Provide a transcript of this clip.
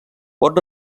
pot